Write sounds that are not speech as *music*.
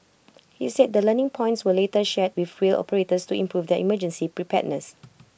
he said the learning points were later shared *unintelligible* to improve their emergency preparedness